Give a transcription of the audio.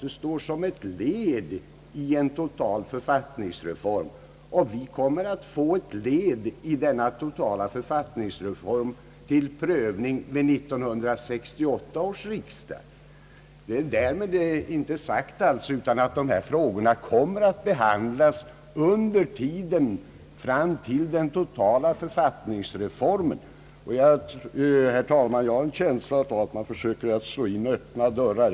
Det står »som ett led i arbetet på en total författningsreform», och vi kommer att få ett led i denna totala författningsreform till prövning redan vid 1968 års riksdag. Detta hindrar alltså inte att dessa frågor kommer att behandlas under tiden fram till den totala författningsreformen. Jag har, herr talman, en känsla av att man här försöker slå in öppna dörrar.